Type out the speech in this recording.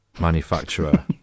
manufacturer